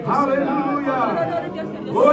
Hallelujah